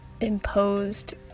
imposed